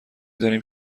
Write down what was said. داریم